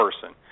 person